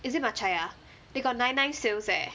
is it Matchaya they got nine nine sales eh